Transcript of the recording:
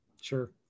Sure